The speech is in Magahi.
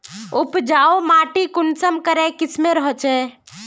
उपजाऊ माटी कुंसम करे किस्मेर होचए?